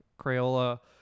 Crayola